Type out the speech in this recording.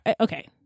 okay